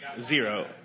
zero